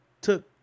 took